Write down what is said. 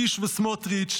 קיש וסמוטריץ',